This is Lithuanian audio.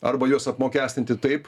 arba juos apmokestinti taip